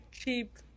cheap